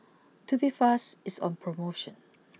Tubifast is on promotion